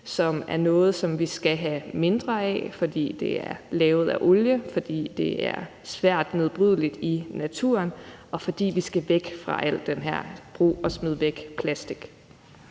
som er noget, som vi skal have mindre af, fordi det er lavet af olie, fordi det er svært nedbrydeligt i naturen, og fordi vi skal væk fra al den her brug og smid væk-plastik.